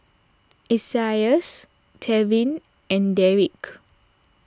Isaias Tevin and Deric